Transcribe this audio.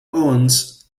owens